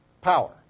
power